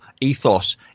ethos